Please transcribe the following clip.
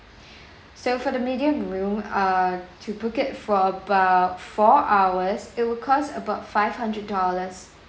so for the medium room uh to book it for about four hours it would cost about five hundred dollars